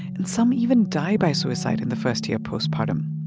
and some even die by suicide in the first year postpartum.